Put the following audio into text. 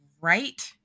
right